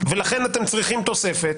ולכן אתם צריכים תוספת,